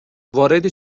وارد